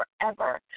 forever